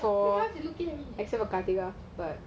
because they are all single ya